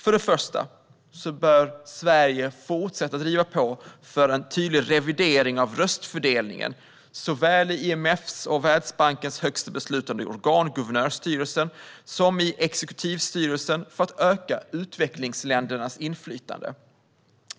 För det första bör Sverige fortsätta driva på för en revidering av röstfördelningen såväl i IMF:s och Världsbankens högsta beslutande organ, guvernörsstyrelsen, som i exekutivstyrelsen för att öka utvecklingsländernas inflytande.